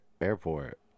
airport